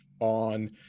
on